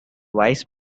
wise